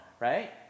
Right